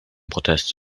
protest